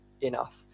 enough